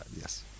yes